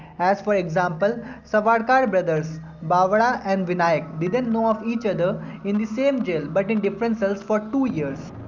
as for example sarvarkar brothers babara and vinayak didn't know of each other in the same jail but in different cells for two years.